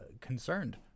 concerned